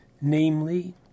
namely